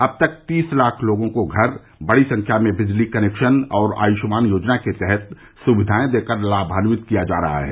अब तक तीस लाख लोगों को घर बड़ी संख्या में बिजली कनेक्शन आयुष्मान योजना के तहत सुविधाएं देकर लाभान्वित कराया जा रहा है